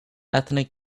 ethnic